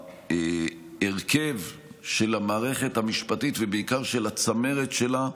וההרכב של המערכת המשפטית, ובעיקר של הצמרת שלה,